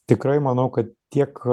tikrai manau kad tiek